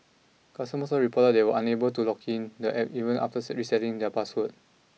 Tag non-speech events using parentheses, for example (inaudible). customers also reported that they were unable to log in to the App even after (unintelligible) resetting their passwords